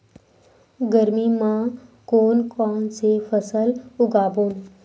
गरमी मा कोन कौन से फसल उगाबोन?